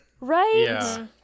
Right